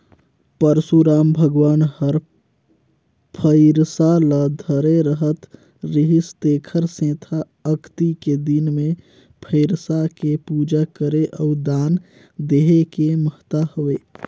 परसुराम भगवान हर फइरसा ल धरे रहत रिहिस तेखर सेंथा अक्ती के दिन मे फइरसा के पूजा करे अउ दान देहे के महत्ता हवे